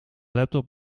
laptop